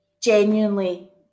genuinely